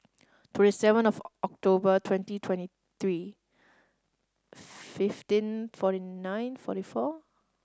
twenty seven of October twenty twenty three fifteen forty nine forty four